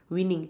winning